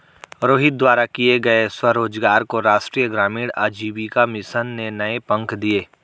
रोहित द्वारा किए गए स्वरोजगार को राष्ट्रीय ग्रामीण आजीविका मिशन ने नए पंख दिए